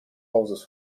hauses